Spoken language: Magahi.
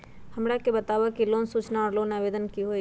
हमरा के बताव कि लोन सूचना और लोन आवेदन की होई?